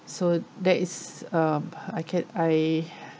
so that is um I get I